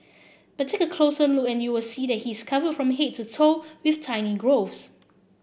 but take a closer look and you will see he is covered from head to toe with tiny growths